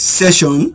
session